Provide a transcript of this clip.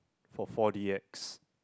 for four D_X